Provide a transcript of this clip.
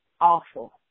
awful